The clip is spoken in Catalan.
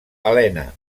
helena